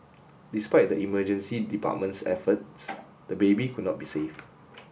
despite the emergency department's efforts the baby could not be saved